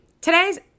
today's